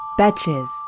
Batches